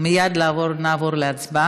מייד נעבור להצבעה.